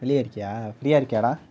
வெளியே இருக்கியா ஃப்ரீயாக இருக்கியாடா